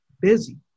busy